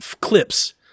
clips –